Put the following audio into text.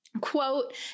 Quote